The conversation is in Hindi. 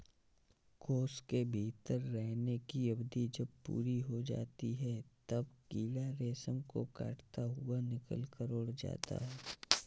कोश के भीतर रहने की अवधि जब पूरी हो जाती है, तब कीड़ा रेशम को काटता हुआ निकलकर उड़ जाता है